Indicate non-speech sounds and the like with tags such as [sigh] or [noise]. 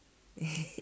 [laughs]